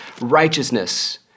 Righteousness